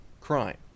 crime